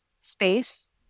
space